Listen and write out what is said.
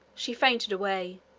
she fainted away,